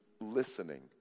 listening